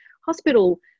hospital